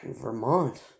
vermont